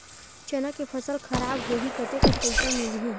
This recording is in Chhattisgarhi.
चना के फसल खराब होही कतेकन पईसा मिलही?